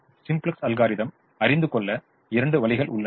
simplex அல்கோரிதத்தை அறிந்துகொள்ள இரண்டு வழிகள் உள்ளன